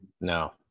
No